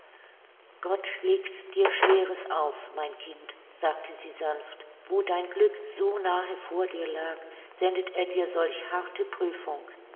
gott legt dir schweres auf mein kind sagte sie sanft wo dein glück so nahe vor dir lag sendet er dir solch harte prüfung